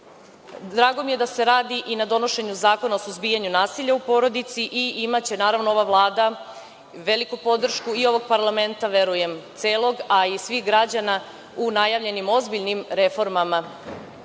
mi je da se radi i na donošenju zakona o suzbijanju nasilja u porodici i imaće naravno ova Vlada veliku podršku i ovog parlamenta, verujem celog, a i svih građana u najavljenim ozbiljnim reformama